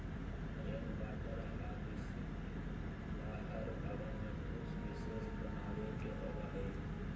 rain water harvesting ला हर भवन में कुछ विशेष बनावे के होबा हई